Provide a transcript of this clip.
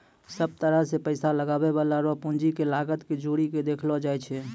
सब तरह से पैसा लगबै वाला रो पूंजी के लागत के जोड़ी के देखलो जाय छै